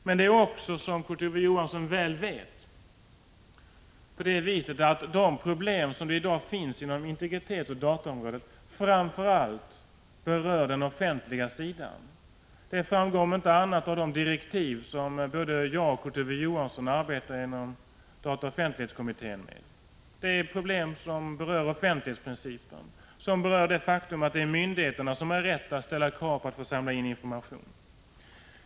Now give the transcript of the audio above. Men det är också så, som Kurt Ove Johansson väl vet, att de problem som i dag finns på integritetsoch dataområdet framför allt berör den offentliga sidan. Det framgår om inte annat av de direktiv som både jag och Kurt Ove Johansson arbetar med inom dataoch offentlighetskommittén. Det är problem som berör offentlighetsprincipen, som berör det faktum att det är myndigheterna som har rätt att ställa krav på att få samla in information.